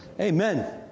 Amen